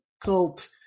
cult